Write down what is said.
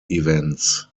events